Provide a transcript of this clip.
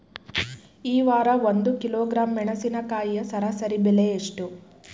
ಈ ವಾರ ಒಂದು ಕಿಲೋಗ್ರಾಂ ಮೆಣಸಿನಕಾಯಿಯ ಸರಾಸರಿ ಬೆಲೆ ಎಷ್ಟು?